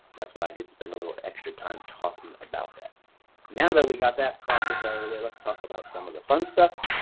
that's why i did spend a little extra time talking about that. so now that we got that process out of the way let's talk about some of the fun stuff.